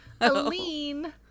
Aline